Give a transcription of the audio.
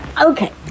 Okay